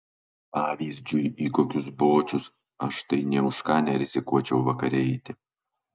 pavyzdžiui į kokius bočius aš tai nė už ką nerizikuočiau vakare eiti